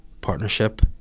partnership